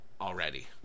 already